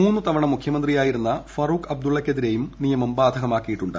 മൂന്നു തവണ മുഖ്യമന്ത്രിയായിരുന്ന ഫറൂഖ് അബ്ദുള്ളയ്ക്കെതിരെയും നിയമം ബാധകമാക്കിയിട്ടുണ്ട്